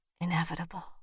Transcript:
inevitable